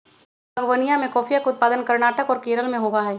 बागवनीया में कॉफीया के उत्पादन कर्नाटक और केरल में होबा हई